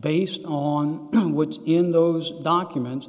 based on what's in those documents